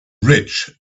rich